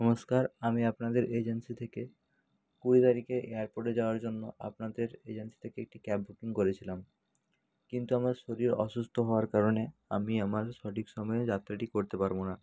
নমস্কার আমি আপনাদের এজেন্সি থেকে কুড়ি তারিখে এয়ারপোর্টে যাওয়ার জন্য আপনাদের এজেন্সি থেকে একটা ক্যাব বুকিং করেছিলাম কিন্তু আমার শরীর অসুস্ত হওয়ার কারণে আমি আমার সঠিক সময়ে যাত্রাটি করতে পারবো না